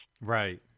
Right